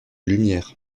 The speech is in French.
lumières